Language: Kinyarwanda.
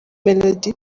melody